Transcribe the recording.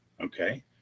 okay